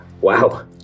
wow